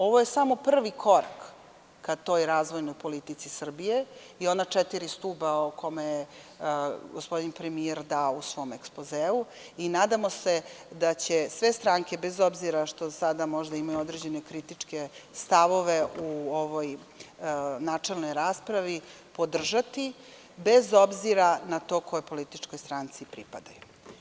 Ovo je samo prvi korak ka toj razvojnoj politici Srbije i ona četiri stuba koje je gospodin premijer dao u svom ekspozeu i nadamo se da će sve stranke, bez obzira što sada možda imaju određene kritičke stavove u ovoj načelnoj raspravi, podržati, bez obzira na to kojoj političkoj stranci pripadaju.